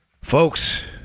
Folks